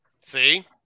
see